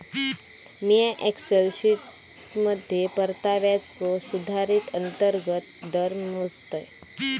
मिया एक्सेल शीटमध्ये परताव्याचो सुधारित अंतर्गत दर मोजतय